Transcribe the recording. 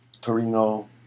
Torino